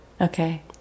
okay